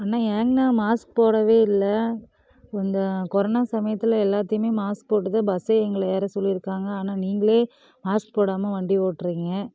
அண்ணா ஏங்கண்ணா மாஸ்க் போடவே இல்லை இந்த கொரானா சமயத்தில் எல்லாத்தையுமே மாஸ்க் போட்டு தான் பஸ்ஸே எங்களை ஏற சொல்லிருக்காங்க ஆனால் நீங்களே மாஸ்க் போடாமல் வண்டி ஒட்டுறீங்க